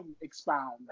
expound